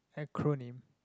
acronym